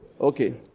Okay